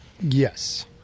Yes